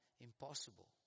impossible